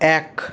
এক